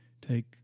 take